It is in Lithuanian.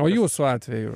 o jūsų atveju